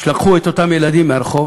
שלקחו את אותם ילדים מהרחוב,